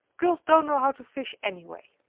girls don't know how to fish, anyway.